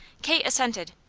kate assented.